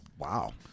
Wow